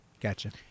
gotcha